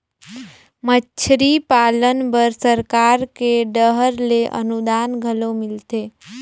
मछरी पालन बर सरकार के डहर ले अनुदान घलो मिलथे